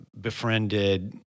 befriended